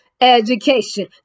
education